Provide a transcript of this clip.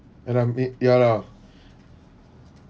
and I'm eh ya lah